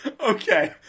okay